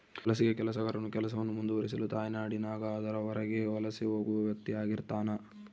ವಲಸಿಗ ಕೆಲಸಗಾರನು ಕೆಲಸವನ್ನು ಮುಂದುವರಿಸಲು ತಾಯ್ನಾಡಿನಾಗ ಅದರ ಹೊರಗೆ ವಲಸೆ ಹೋಗುವ ವ್ಯಕ್ತಿಆಗಿರ್ತಾನ